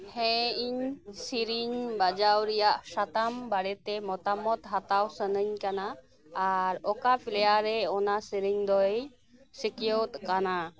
ᱦᱮᱸ ᱤᱧ ᱥᱮᱨᱮᱧ ᱵᱟᱡᱟᱣ ᱨᱮᱭᱟᱜ ᱥᱟᱛᱟᱢ ᱵᱟᱨᱮᱛᱮ ᱢᱚᱛᱟᱢᱚᱛ ᱦᱟᱛᱟᱣ ᱥᱟᱱᱟᱧ ᱠᱟᱱᱟ ᱟᱨ ᱚᱠᱟ ᱯᱞᱮᱭᱟᱨ ᱨᱮ ᱚᱱᱟ ᱥᱮᱨᱮᱧ ᱫᱚᱭ ᱥᱤᱠᱤᱭᱟᱹᱛ ᱟᱠᱟᱱᱟ